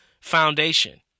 foundation